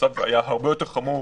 המצב היה הרבה יותר חמור,